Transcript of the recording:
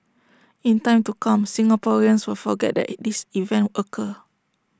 in time to come Singaporeans will forget that this event occur